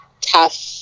tough